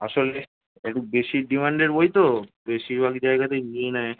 আসলে এটু বেশি ডিমান্ডের বই তো বেশিরভাগ জায়গাতেই নিই নেয়